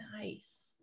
Nice